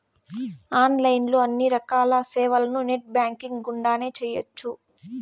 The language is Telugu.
ఆన్లైన్ లో అన్ని రకాల సేవలను నెట్ బ్యాంకింగ్ గుండానే చేయ్యొచ్చు